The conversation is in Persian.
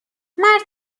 مرد